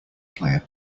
player